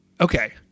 Okay